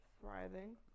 thriving